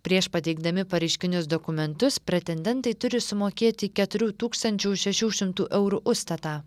prieš pateikdami pareiškinius dokumentus pretendentai turi sumokėti keturių tūkstančių šešių šimtų eurų užstatą